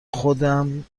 خودم